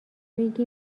میگی